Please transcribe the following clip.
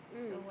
mm